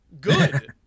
Good